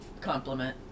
compliment